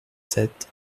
sept